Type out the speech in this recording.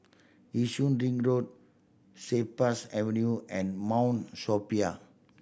Yishun Ring Road Cypress Avenue and Mount Sophia